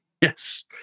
Yes